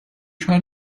try